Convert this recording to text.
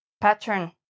pattern